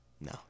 No